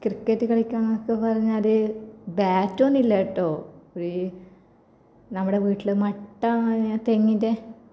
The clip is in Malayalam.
ക്രിക്കറ്റ് കളിക്കുകയെന്നൊക്കെ പറഞ്ഞാൽ ബേറ്റൊന്നുമില്ല കേട്ടോ വി നമ്മുടെ വീട്ടിലെ മട്ട തെങ്ങിന്റെ